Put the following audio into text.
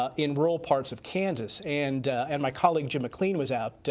ah in rural parts of kansas, and and my colleague jim mclien was out,